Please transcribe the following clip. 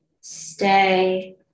stay